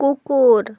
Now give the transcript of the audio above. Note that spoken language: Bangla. কুকুর